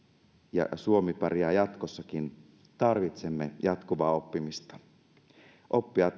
ja suomi pärjäisi jatkossakin tarvitsemme jatkuvaa oppimista oppia